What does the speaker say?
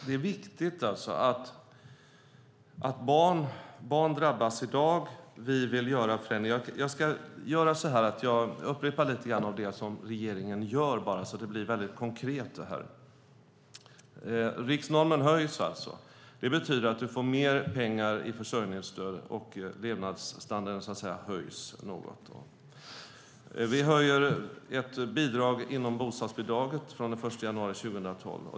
Det är viktigt att barn drabbas i dag, och vi vill göra förändringar. Jag upprepar lite grann vad regeringen gör så att detta blir väldigt konkret. Riksnormen höjs. Det betyder att du får mer pengar i försörjningsstöd och att levnadsstandarden höjs något. Vi höjer ett bidrag inom bostadsbidraget från den 1 januari 2012.